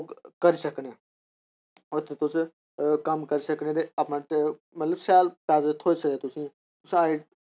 करी सकने उत्थै तुस कम्म करी सकने ते अपने मतलब शैल पैसे थ्होई सकदे तुसे ईं तुसें